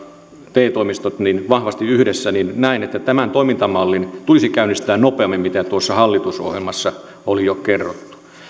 te toimistot vahvasti yhdessä ja näen että tämän toimintamallin tulisi käynnistyä nopeammin kuten tuossa hallitusohjelmassa oli jo kerrottu